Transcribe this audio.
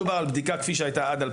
לעשות 10,000 אבחונים,